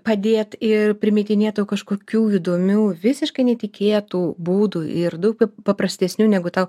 padėt ir primetinėt tau kažkokių įdomių visiškai netikėtų būdų ir daug paprastesnių negu tau